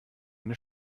eine